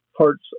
parts